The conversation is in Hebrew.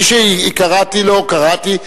מי שקראתי לו, קראתי.